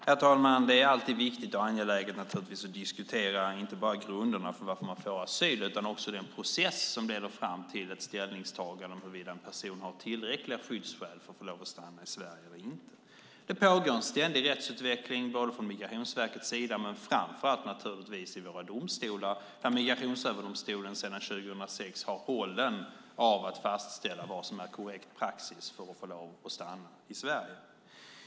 Herr talman! Det är naturligtvis alltid viktigt och angeläget att diskutera inte bara grunderna till varför man får asyl utan också den process som leder fram till ett ställningstagande om huruvida en person har tillräckliga skyddsskäl för att få lov att stanna i Sverige eller inte. Det pågår en ständig rättsutveckling från Migrationsverkets sida men naturligtvis framför allt i våra domstolar, där Migrationsöverdomstolen sedan 2006 har rollen att fastställa vad som är korrekt praxis för att man ska få lov att stanna i Sverige.